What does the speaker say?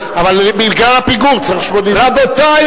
אבל בגלל הפיגור צריך 80. רבותי,